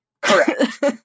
correct